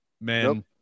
man